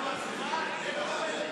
נשמח אם זה יהיה פחות.